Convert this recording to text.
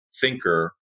thinker